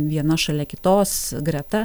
viena šalia kitos greta